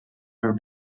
her